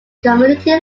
community